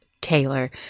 Taylor